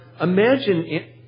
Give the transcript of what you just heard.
Imagine